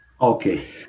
Okay